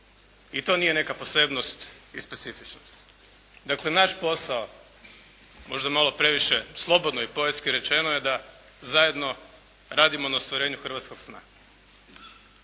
i to nije neka posebnost i specifičnost. Dakle naš posao možda malo previše slobodno i poetski rečeno je da zajedno radimo na ostvarenju hrvatskog sna.